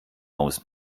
aus